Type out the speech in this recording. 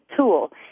tool